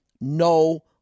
no